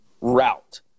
route